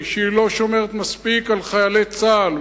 ולא שומרת מספיק על חיילי צה"ל,